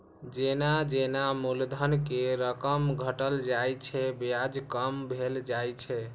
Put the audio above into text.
जेना जेना मूलधन के रकम घटल जाइ छै, ब्याज कम भेल जाइ छै